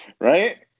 Right